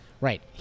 Right